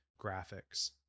graphics